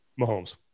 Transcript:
Mahomes